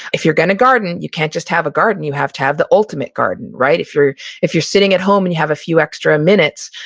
if you're gonna garden, you can't just have a garden, you have to have the ultimate garden. if you're if you're sitting at home and you have a few extra minutes,